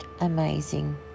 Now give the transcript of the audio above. amazing